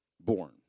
born